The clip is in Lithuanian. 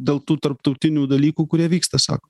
dėl tų tarptautinių dalykų kurie vyksta sako